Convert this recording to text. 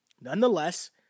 nonetheless